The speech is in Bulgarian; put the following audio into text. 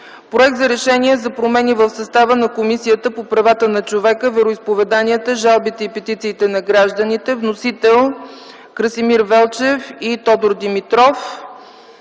Проект за Решение за промени в състава на Комисията по правата на човека, вероизповеданията, жалбите и петициите на гражданите. Вносители – Красимир Велчев и Тодор Димитров.